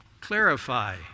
clarify